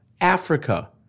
Africa